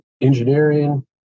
engineering